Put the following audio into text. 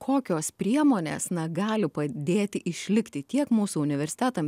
kokios priemonės na gali padėti išlikti tiek mūsų universitetam